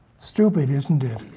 stupid, isn't it?